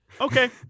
Okay